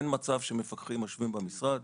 אין מצב שמפקחים יושבים במשרד,